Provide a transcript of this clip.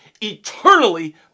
eternally